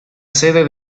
sede